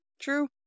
true